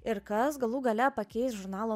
ir kas galų gale pakeis žurnalą